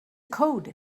code